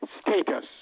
status